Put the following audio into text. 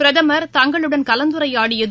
பிரதமா் தங்களுடன் கலந்துரையாடியது